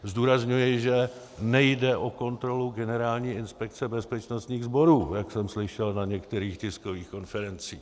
Zdůrazňuji, že nejde o kontrolu Generální inspekce bezpečnostních sborů, jak jsem slyšel na některých tiskových konferencích.